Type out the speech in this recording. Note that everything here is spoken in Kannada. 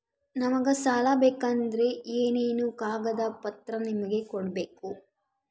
ನಮಗೆ ಸಾಲ ಬೇಕಂದ್ರೆ ಏನೇನು ಕಾಗದ ಪತ್ರ ನಿಮಗೆ ಕೊಡ್ಬೇಕು?